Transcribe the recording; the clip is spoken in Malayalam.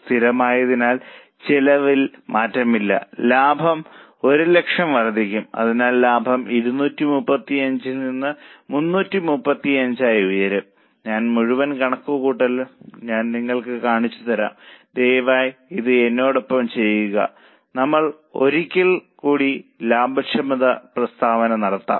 സ്ഥിരമായതിനാൽ ചെലവിൽ മാറ്റമില്ല ലാഭം 100000 വർദ്ധിക്കും അതിനാൽ ലാഭം 235 ൽ നിന്ന് 335 ആയി ഉയരും ഞാൻ മുഴുവൻ കണക്കുകൂട്ടലും ഞാൻ നിങ്ങൾക്ക് കാണിച്ചുതരാം ദയവായി ഇത് എന്നോടൊപ്പം ചെയ്യുക നമുക്ക് ഒരിക്കൽ കൂടി ലാഭക്ഷമത പ്രസ്താവന നടത്താം